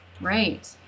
Right